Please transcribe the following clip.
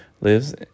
Lives